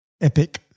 epic